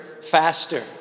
faster